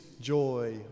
joy